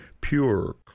pure